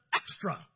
extra